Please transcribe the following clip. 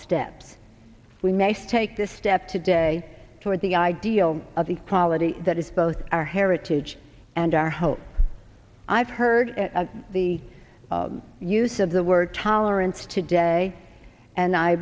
steps we messed take this step today toward the ideal of equality that is both our heritage and our hope i've heard the use of the word tolerance today and i